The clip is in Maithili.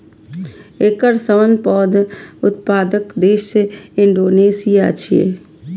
एकर सबसं पैघ उत्पादक देश इंडोनेशिया छियै